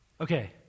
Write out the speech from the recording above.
Okay